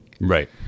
Right